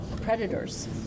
predators